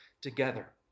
together